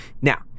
Now